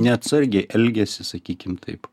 neatsargiai elgiasi sakykim taip